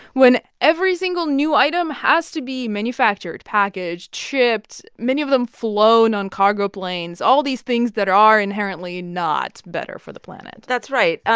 when every single new item has to be manufactured, packaged, shipped, many of them flown on cargo planes all these things that are are inherently not better for the planet that's right.